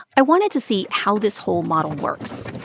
i wanted to see how this whole model works.